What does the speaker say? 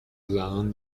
زنان